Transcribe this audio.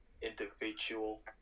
individual